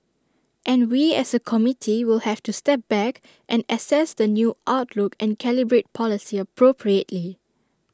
and we as A committee will have to step back and assess the new outlook and calibrate policy appropriately